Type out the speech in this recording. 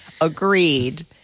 Agreed